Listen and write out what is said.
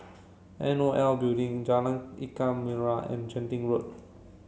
N O L Building Jalan Ikan Merah and Genting Road